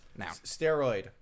Steroid